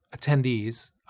attendees